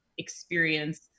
experience